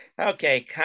Okay